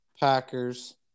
Packers